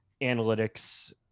analytics